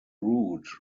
route